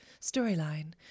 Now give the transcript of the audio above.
storyline